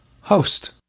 host